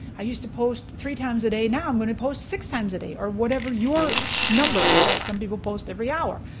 i used to post three times a day, now i'm gonna post six times a day. or whatever your number is, right? some people post every hour,